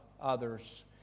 others